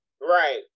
Right